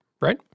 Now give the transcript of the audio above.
right